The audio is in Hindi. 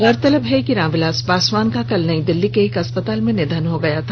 गौरतलब है कि रामविलास पासवान का कल नई दिल्ली के एक अस्पताल में निधन हो गया था